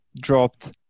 dropped